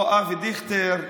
או אבי דיכטר,